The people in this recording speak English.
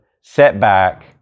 setback